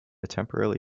temporarily